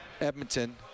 edmonton